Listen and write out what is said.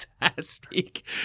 Fantastic